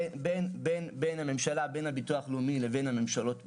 בין הביטוח הלאומי לבין הממשלות בחו"ל.